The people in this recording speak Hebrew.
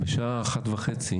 בשעה אחת וחצי